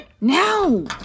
Now